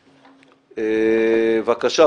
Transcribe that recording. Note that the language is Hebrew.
בבקשה,